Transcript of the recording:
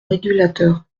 régulateur